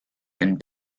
and